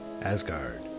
Asgard